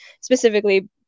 specifically